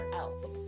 else